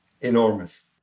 enormous